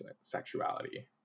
sexuality